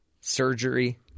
surgery